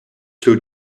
two